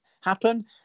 happen